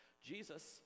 Jesus